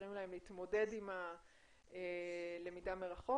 שמאפשרים להם להתמודד עם הלמידה מרחוק?